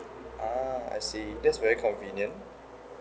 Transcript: ah I see that's very convenient